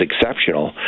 exceptional